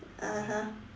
(uh huh)